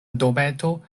dometo